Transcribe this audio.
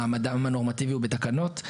מעמדם הנורמטיבי הוא בתקנות.